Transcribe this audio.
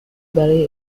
برای